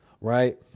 right